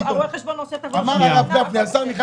רואה החשבון עושה את העבודה שלו --- אמר הרב גפני,